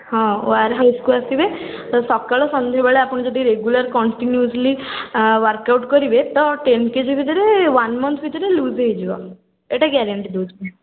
ହଁ ୱାର୍ ହାଉସ୍କୁ ଆସିବେ ତ ସକାଳୁ ସନ୍ଧ୍ୟାବେଳେ ଯଦି ରେଗୁଲାର୍ କଣ୍ଟିନ୍ୟୁୟସ୍ଲି ୱାର୍କ ଆଉଟ୍ କରିବେ ତ ଟେନ୍ କେ ଜି ଭିତରେ ୱାନ୍ ମନ୍ଥ ଭିତରେ ଲୁଜ୍ ହେଇଯିବ ଏଇଟା ଗ୍ୟାରେଣ୍ଟି ଦେଉଛି